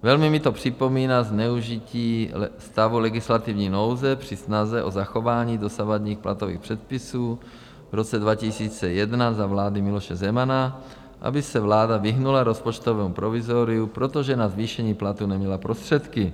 Velmi mi to připomíná zneužití stavu legislativní nouze při snaze o zachování dosavadních platových předpisů v roce 2001 za vlády Miloše Zemana, aby se vláda vyhnula rozpočtovému provizoriu, protože na zvýšení platů neměla prostředky.